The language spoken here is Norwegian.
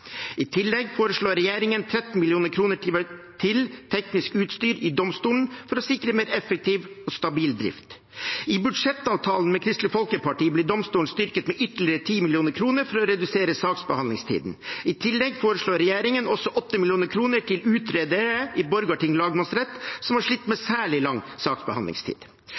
I tillegg foreslår regjeringen 13 mill. kr til teknisk utstyr i domstolene for å sikre mer effektiv og stabil drift. I budsjettavtalen med Kristelig Folkeparti ble domstolene styrket med ytterligere 10 mill. kr for å redusere saksbehandlingstiden. I tillegg foreslår regjeringen også 8 mill. kr til å utrede det i Borgarting lagmannsrett, som har slitt med særlig lang saksbehandlingstid.